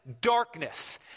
darkness